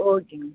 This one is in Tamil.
ஓகேங்க